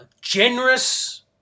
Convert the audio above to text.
generous